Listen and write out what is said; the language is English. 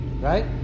right